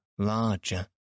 larger